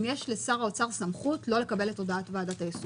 אם יש לשר האוצר סמכות לא לקבל את הודעת ועדת היישום.